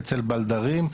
אצל בלדרים,